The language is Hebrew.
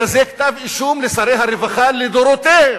אלא זה כתב-אישום לשרי הרווחה לדורותיהם.